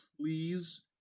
please